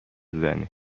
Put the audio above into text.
زنه